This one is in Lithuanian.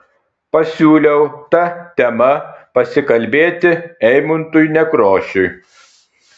pasiūliau ta tema pasikalbėti eimuntui nekrošiui